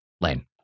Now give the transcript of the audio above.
Lane